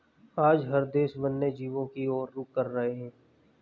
आज हर देश वन्य जीवों की और रुख कर रहे हैं